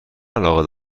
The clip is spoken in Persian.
علاقه